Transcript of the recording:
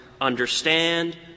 understand